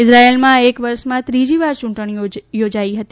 ઇઝરાયેલમાં એક વર્ષમાં ત્રીજી વાર યૂંટણીઓ યોજાઈ હતી